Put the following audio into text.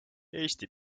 eesti